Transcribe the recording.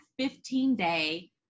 15-day